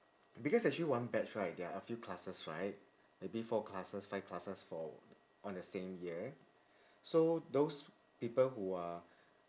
because actually one batch right there are a few classes right maybe four classes five classes for on the same year so those people who are